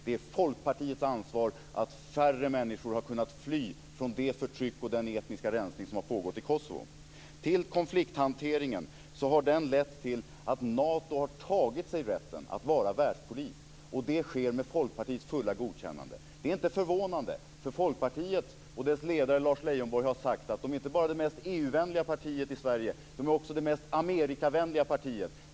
Det är Folkpartiets ansvar att färre människor har kunnat fly från det förtryck och den etniska rensning som har pågått i Konflikthanteringen har lett till att Nato har tagit sig rätten att vara världspolis. Det sker med Folkpartiets fulla godkännande. Det är inte förvånande. Folkpartiet och dess ledare Lars Leijonborg har sagt att partiet är inte bara det mest EU-vänliga partiet i Sverige utan också det mest Amerikavänliga partiet.